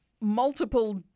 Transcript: multiple